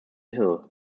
hill